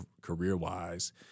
career-wise